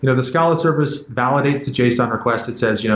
you know the scala service validates the json request that says, you know